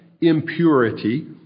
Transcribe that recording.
impurity